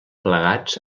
plegats